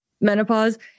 menopause